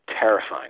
terrifying